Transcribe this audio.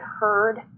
heard